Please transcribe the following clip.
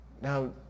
Now